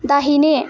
दाहिने